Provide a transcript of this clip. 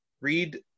read